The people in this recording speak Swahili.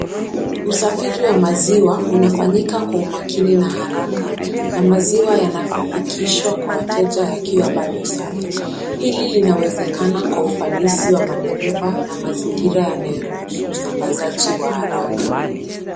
Usafiri wa maziwa unafanyika kwa umakini na haraka. Na maziwa yanafikishwa kwa wateja yakiwa bado ni safi. Hii linawezekana kwa ufanisi wa madereva na na mazingira yanayo ruhusu usambazaji wa haraka.